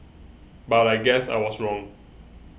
but I guess I was wrong